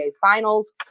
finals